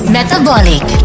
Metabolic